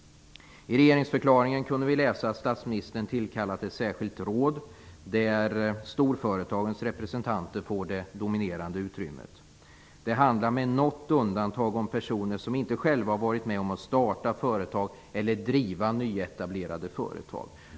I regeringsförklaringen kunde vi läsa att statsministern tillkallat ett särskilt råd där storföretagens representanter får det dominerande utrymmet. Det handlar med något undantag om personer som inte själva har varit med om att starta företag eller driva nyetablerade företag.